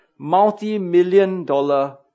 Multi-million-dollar